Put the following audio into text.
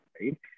right